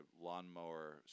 lawnmower